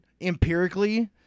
empirically